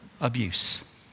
Abuse